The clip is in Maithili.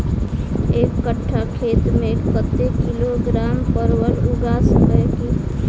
एक कट्ठा खेत मे कत्ते किलोग्राम परवल उगा सकय की??